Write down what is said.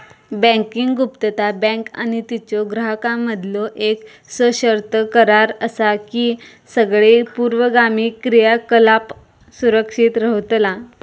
banking गुप्तता, bank आणि तिच्यो ग्राहकांमधीलो येक सशर्त करार असा की सगळे पूर्वगामी क्रियाकलाप सुरक्षित रव्हतला